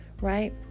Right